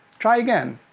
try again.